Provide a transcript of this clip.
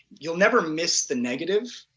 you'll never miss the negative.